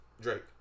Drake